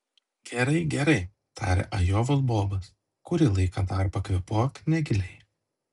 gerai gerai tarė ajovos bobas kurį laiką dar pakvėpuok negiliai